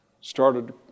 started